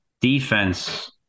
defense